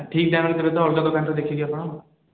ଠିକ୍ ଦାମ୍ରେ ଦେବେ ତ ଅଲଗା ଦୋକାନରେ ଦେଖିକି ଆପଣ